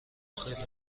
خیلی